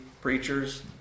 preachers